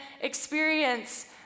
experience